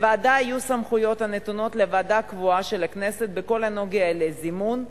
לוועדה יהיו סמכויות הנתונות לוועדה קבועה של הכנסת בכל הנוגע לזימון,